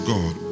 God